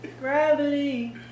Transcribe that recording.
Gravity